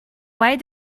why